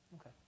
Okay